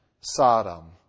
Sodom